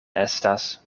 estas